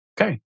Okay